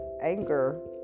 anger